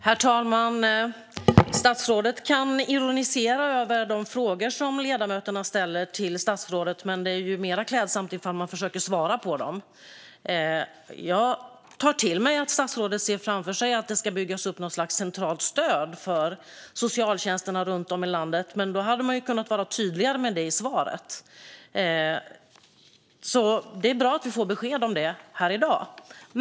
Herr talman! Statsrådet kan ironisera över de frågor som ledamöterna ställer till statsrådet, men det vore mer klädsamt att försöka svara på dem. Jag tar till mig att statsrådet ser framför sig att det ska byggas upp något slags centralt stöd för socialtjänsterna runt om i landet, men man hade kunnat vara tydligare med det i svaret. Så det är bra att vi får besked om detta här i dag.